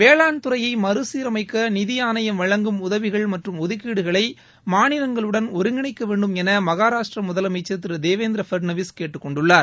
வேளாண் துறையை மறுசீரமைக்க நிதி ஆணையம் வழங்கும் உதவிகள் மற்றும் ஒதுக்கீடுகளை மாநிலங்களுடன் ஒருங்கிணைக்கவேண்டும் என மகாராஷ்டிர முதலமைச்சர் திரு தேவேந்திர பட்ளாவிஸ் கேட்டுக்கொண்டுள்ளார்